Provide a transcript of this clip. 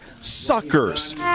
suckers